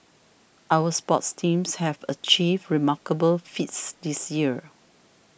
our sports teams have achieved remarkable feats this year